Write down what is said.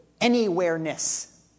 anywhere-ness